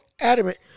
adamant